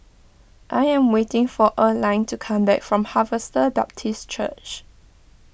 I am waiting for Earline to come back from Harvester Baptist Church